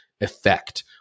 effect